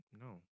No